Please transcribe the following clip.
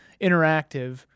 interactive